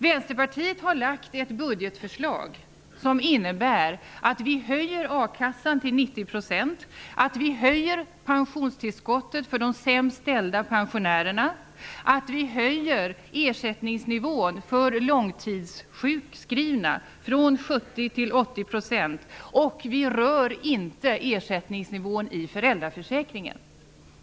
Vänsterpartiets budgetförslag innebär att vi höjer a-kasseersättningen till 90 %, att vi höjer pensionstillskottet för de sämst ställda pensionärerna och att vi höjer ersättningsnivån för långtidssjukskrivna från 70 % till 80 %. Vi rör inte ersättningsnivån i föräldraförsäkringen.